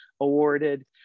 awarded